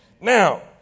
Now